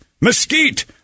mesquite